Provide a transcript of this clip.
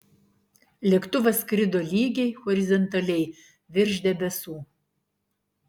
lėktuvas skrido lygiai horizontaliai virš debesų